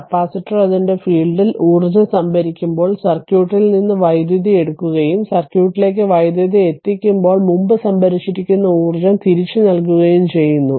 capacitor അതിന്റെ ഫീൽഡിൽ ഊർജ്ജം സംഭരിക്കുമ്പോൾ സർക്യൂട്ടിൽ നിന്ന് വൈദ്യുതി എടുക്കുകയും സർക്യൂട്ടിലേക്ക് വൈദ്യുതി എത്തിക്കുമ്പോൾ മുമ്പ് സംഭരിച്ചിരുന്ന ഊർജ്ജം തിരികെ നൽകുകയും ചെയ്യുന്നു